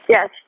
Yes